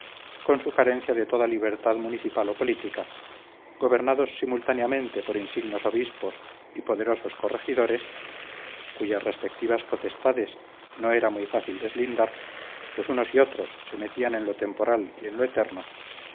con su carencia de toda libertad municipal o política gobernados simultáneamente por insignes obispos y poderosos corregidores cuyas respectivas potestades no era muy fácil deslindar pues unos y otros se metían en lo temporal y en lo eterno